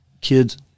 Kids